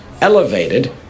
Elevated